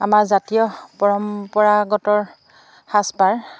আমাৰ জাতীয় পৰম্পৰাগত সাজপাৰ